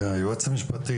היועץ המשפטי,